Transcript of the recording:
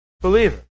believer